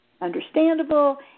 understandable